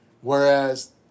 Whereas